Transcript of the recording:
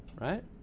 right